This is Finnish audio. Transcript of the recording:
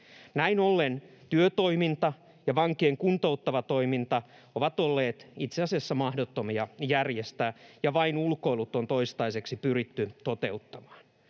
Näin ollen työtoiminta ja vankien kuntouttava toiminta ovat olleet itse asiassa mahdottomia järjestää, ja vain ulkoilut on toistaiseksi pyritty toteuttamaan.